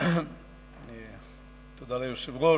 תודה ליושב-ראש.